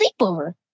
sleepover